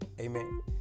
Amen